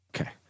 Okay